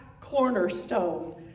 cornerstone